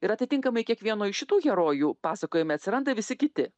ir atitinkamai kiekvieno iš šitų herojų pasakojime atsiranda visi kiti